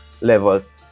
levels